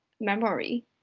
memory